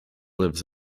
lives